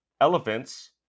elephants